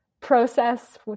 process